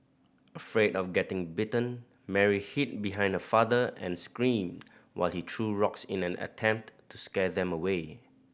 afraid of getting bitten Mary hid behind her father and screamed while he threw rocks in an attempt to scare them away